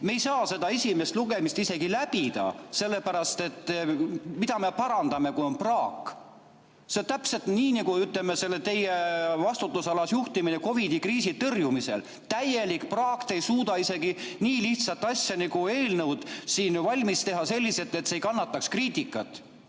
Me ei saa seda esimest lugemist isegi läbida, sellepärast et mida me parandame, kui on praak. See on täpselt nii nagu, ütleme, selle teie vastutusalas juhtimisega COVID-i kriisi tõrjumisel. Täielik praak, te ei suuda isegi nii lihtsat asja nagu eelnõu siin valmis teha selliselt, et see kannataks kriitikat.